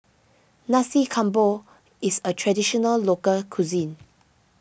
Nasi Campur is a Traditional Local Cuisine